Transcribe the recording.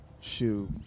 Shoot